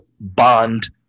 bond